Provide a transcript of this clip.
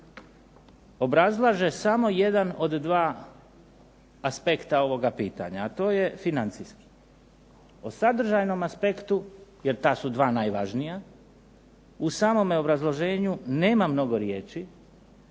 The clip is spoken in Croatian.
obrazlaže samo jedan od dva aspekta ovoga pitanja, a to je financijski. O sadržajnom aspektu, jer ta su dva najvažnija u samom obrazloženju nema mnogo riječi,